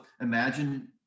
imagine